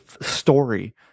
story